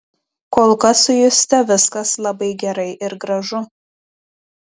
kol kas su juste viskas labai gerai ir gražu